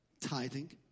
tithing